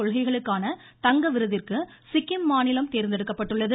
கொள்கைகளுக்கான தங்க விருதிற்கு சிக்கிம் மாநிலம் தேர்ந்தெடுக்கப்பட்டுள்ளது